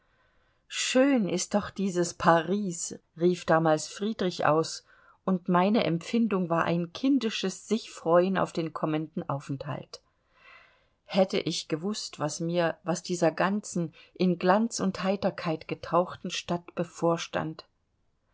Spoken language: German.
schön ist doch dieses paris rief damals friedrich aus und meine empfindung war ein kindisches sichfreuen auf den kommenden aufenthalt hätte ich gewußt was mir was dieser ganzen in glanz und heiterkeit getauchten stadt bevorstand